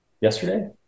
yesterday